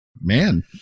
Man